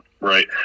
Right